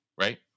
right